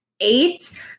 eight